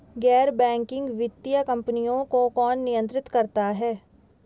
गैर बैंकिंग वित्तीय कंपनियों को कौन नियंत्रित करता है?